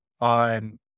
on